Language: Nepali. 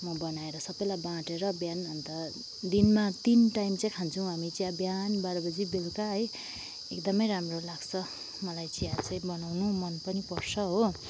म बनाएर सबैलाई बाँटेर बिहान अन्त दिनमा तिन टाइम चाहिँ खान्छौँ हामी चिया बिहान बाह्र बजी बेलुका है एकदमै राम्रो लाग्छ मलाई चिया चाहिँ बनाउनु मन पनि पर्छ हो